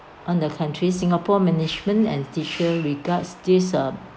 on the country singapore management and teacher regards this uh